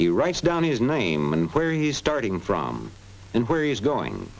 he writes down his name and where he's starting from and where he is going